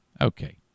Okay